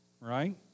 right